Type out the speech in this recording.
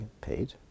paid